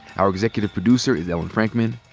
our executive producer is ellen frankman.